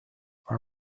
our